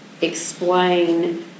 explain